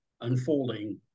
unfolding